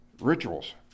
rituals